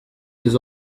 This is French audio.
les